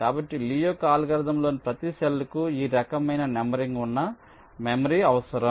కాబట్టి లీ యొక్క అల్గోరిథం లోని ప్రతి సెల్కు ఈ రకమైన నంబరింగ్ ఉన్న మెమరీ అవసరం